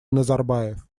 назарбаев